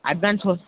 advance ஒ